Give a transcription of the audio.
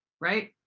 right